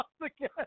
Again